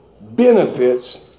benefits